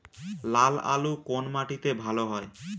লাল আলু কোন মাটিতে ভালো হয়?